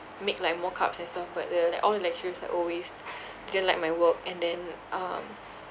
make like mock ups and stuff but the like all the lecturers like always didn't like my work and then um